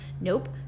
nope